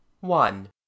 One